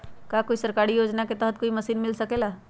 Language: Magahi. का कोई सरकारी योजना के तहत कोई मशीन मिल सकेला?